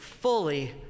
fully